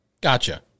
gotcha